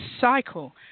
cycle